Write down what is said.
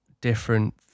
different